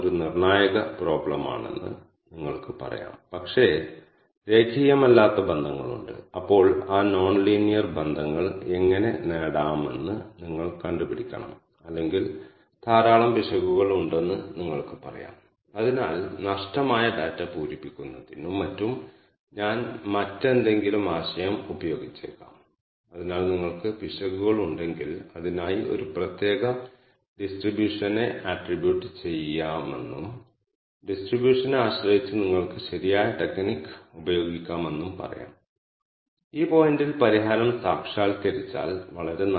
നിങ്ങൾക്ക് അറിയാവുന്നതുപോലെ K means എന്നത് ഒരു ഹാർഡ് ക്ലസ്റ്ററിംഗ് അൽഗോരിതം ആണ് അതിനർത്ഥം ഓരോ പോയിന്റും ഏതെങ്കിലും ക്ലസ്റ്ററുകൾക്ക് അനുവദിക്കണം എന്നതാണ് രണ്ട് ക്ലസ്റ്ററുകളിലും സമാനമായ ഡാറ്റ പോയിന്റുകൾ ഇതിൽ അടങ്ങിയിട്ടില്ല അല്ലാത്തപക്ഷം നിങ്ങൾക്ക് 2 ക്ലസ്റ്ററുകളിൽ ഉൾപ്പെടുന്ന ഒരു ഡാറ്റ പോയിന്റ് ഉണ്ടാകില്ല